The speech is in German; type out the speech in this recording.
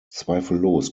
zweifellos